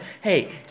Hey